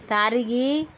ತಾರಿಗೆ